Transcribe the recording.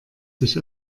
sich